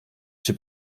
czy